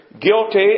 guilty